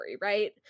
right